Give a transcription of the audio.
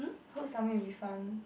hope something will be fun